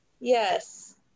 Yes